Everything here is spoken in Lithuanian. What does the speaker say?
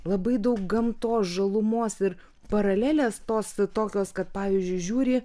labai daug gamtos žalumos ir paralelės tos tokios kad pavyzdžiui žiūri